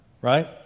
right